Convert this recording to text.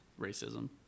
racism